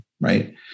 Right